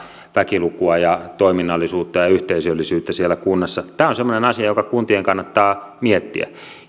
väkilukua ja toiminnallisuutta ja ja yhteisöllisyyttä siellä kunnassa tämä on semmoinen asia jota kuntien kannattaa miettiä